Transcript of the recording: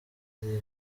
kandi